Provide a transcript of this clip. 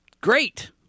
great